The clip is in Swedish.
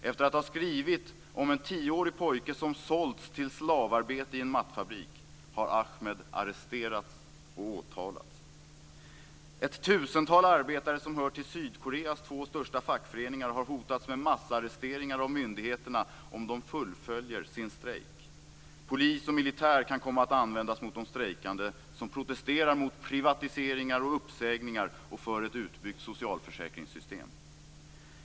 Efter att ha skrivit om en tioårig pojke som sålts till slavarbete i en mattfabrik har Ahmed arresterats och åtalats. Ett tusental arbetare som hör till Sydkoreas två största fackföreningar har hotats med massarresteringar av myndigheterna om de fullföljer sin strejk. Polis och militär kan komma att användas mot de strejkande, som protesterar mot privatiseringar och uppsägningar och för ett utbyggt socialförsäkringssystem.